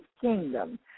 kingdom